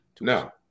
No